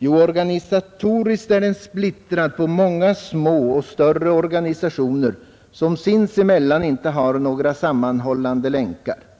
Organisatoriskt är den splittrad på många små och större organisationer som sinsemellan inte har några sammanhållande länkar.